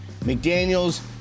McDaniels